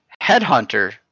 Headhunter